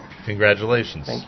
Congratulations